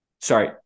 sorry